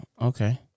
okay